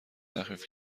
تخفیف